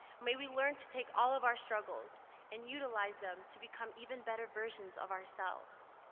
may we learn to take all of our struggles and utilize them to become even better versions of ourselves.